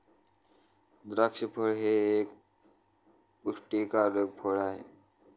द्राक्ष फळ हे एक पुष्टीकारक फळ आहे